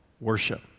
worship